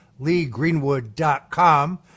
leegreenwood.com